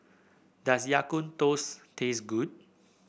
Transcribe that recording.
does Ya Kun toast taste good